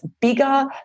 bigger